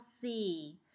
see